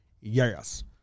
Yes